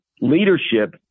leadership